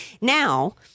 Now –